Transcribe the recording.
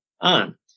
on